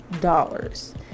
dollars